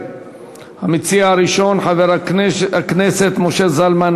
הרווחה והבריאות להכנתה לקריאה ראשונה.